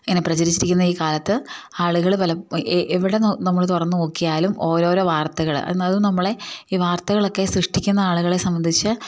ഇങ്ങനെ പ്രചരിച്ചിരിക്കുന്ന ഈ കാലത്ത് ആളുകൾ എവിടെ നമ്മൾ തുറന്നു നോക്കിയാലും ഓരോരോ വാർത്തകൾ എന്നതും നമ്മളെ ഈ വാർത്തകളൊക്കെ സൃഷ്ടിക്കുന്ന ആളുകളെ സംബന്ധിച്ചു